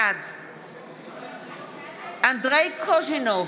בעד אנדרי קוז'ינוב,